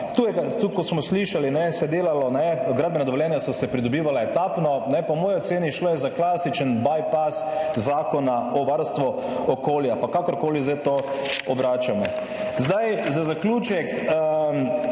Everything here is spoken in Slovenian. tudi, kot smo slišali, ne, se je delalo, ne, gradbena dovoljenja so se pridobivala etapno, ne. Po moji oceni, šlo je za klasičen bypass Zakona o varstvu okolja, pa kakorkoli zdaj to obračamo. Zdaj za zaključek,